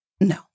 No